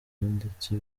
ndetse